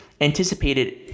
anticipated